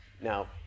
now